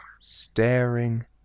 Staring